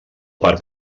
part